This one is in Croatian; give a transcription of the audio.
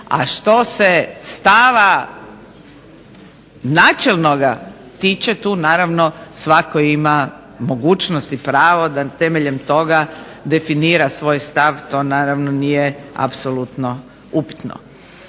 A što se stava načelnoga tiče tu naravno svatko ima mogućnost i pravo da temeljem toga definira svoj stav. To naravno nije apsolutno upitno.